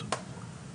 חקירה תלוייה.